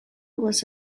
was